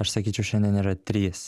aš sakyčiau šiandien yra trys